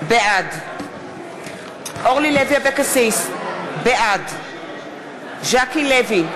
בעד אורלי לוי אבקסיס, בעד ז'קי לוי,